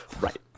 right